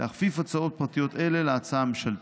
להכפיף הצעות פרטיות אלה להצעה הממשלתית.